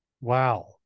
Wow